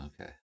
Okay